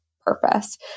purpose